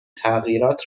تغییرات